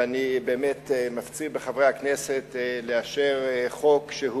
אני באמת מפציר בחברי הכנסת לאשר חוק שהוא